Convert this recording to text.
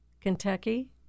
Kentucky